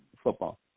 Football